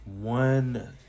one